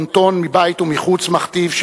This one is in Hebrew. הבון-טון מבית ומחוץ מכתיב,